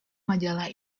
majalah